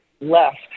left